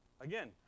Again